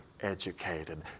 educated